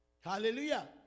Hallelujah